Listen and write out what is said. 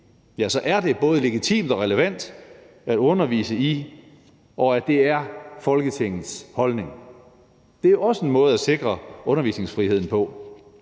uenige, er det både legitimt og relevant at undervise i, og at det er Folketingets holdning. Det er også en måde at sikre undervisningsfriheden på.